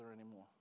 anymore